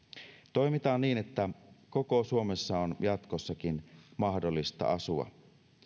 toimitaan niin että koko suomessa on jatkossakin mahdollista asua